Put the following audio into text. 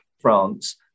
France